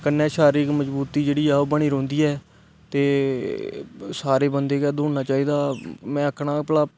कन्ने शरारिक मझबुती जेहडी ऐ ओह् बनी रौंहदी ऐ ते सारे बंदे गी दौड़ना चाहिदा में आखना